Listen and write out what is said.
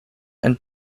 and